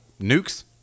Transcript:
nukes